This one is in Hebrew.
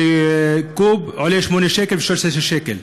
שקוב עולה 8 שקלים, 13 שקלים.